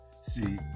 See